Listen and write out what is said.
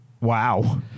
Wow